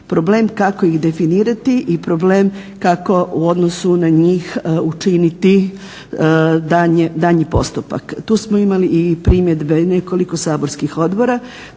Problem kako ih definirati i problem kako u odnosu na njih učiniti daljnji postupak. Tu smo imali i primjedbe nekoliko saborskih odbora